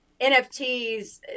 nfts